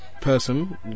person